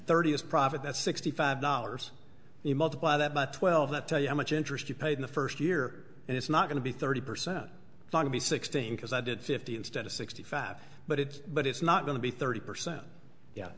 is profit that's sixty five dollars you multiply that by twelve that tell you how much interest you pay in the first year and it's not going to be thirty percent going to be sixteen because i did fifty instead of sixty five but it but it's not going to be thirty percent yeah